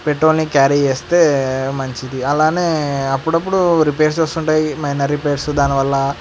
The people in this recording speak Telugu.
పెట్రోల్ని క్యారీ చేస్తే మంచిది అలానే అప్పుడప్పుడు రిపేర్స్ వస్తుంటాయి మైనర్ రిపేర్స్ దానివల్ల